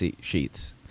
sheets